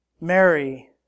Mary